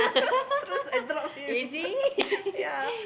terus I drop him yeah